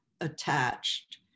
attached